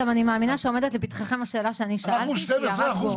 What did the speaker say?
אני גם מאמינה שעומדת לפתחכם השאלה שאני שאלתי שהיא הרת גורל,